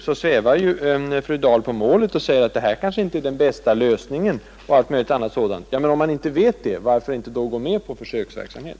Nu svävade fru Dahl på målet och sade att detta kanske inte är den bästa lösningen. Men om man är osäker, varför då inte gå med på en försöksverksamhet?